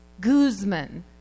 Guzman